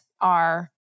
are-